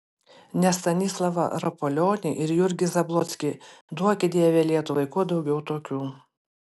ne stanislovą rapolionį ir jurgį zablockį duoki dieve lietuvai kuo daugiau tokių